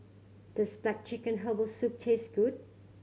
does black chicken herbal soup taste good